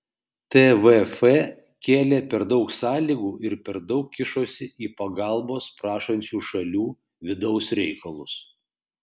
tvf kėlė per daug sąlygų ir per daug kišosi į pagalbos prašančių šalių vidaus reikalus